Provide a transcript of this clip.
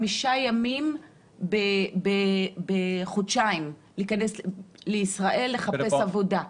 חמישה ימים בחודשיים האלה כדי לחפש עבודה.